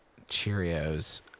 Cheerios